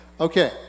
okay